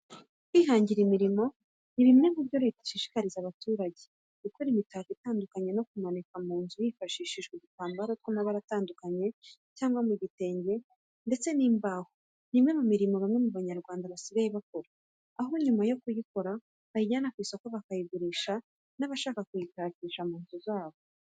Kwihangira imirimo ni bimwe mu byo Leta ishishikariza abaturage. Gukora imitako itandukanye yo kumanika mu nzu hifashishijwe udutambaro tw'amabara atandukanye cyangwa mu gitenge ndetse n'imbaho ni umwe mu mirimo bamwe mu banyarwanda basigaye bakora, aho nyuma yo kuyikora bayijyana ku isoko bakayigurisha n'abashaka kuyitakisha inzu.